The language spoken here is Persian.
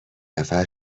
نفر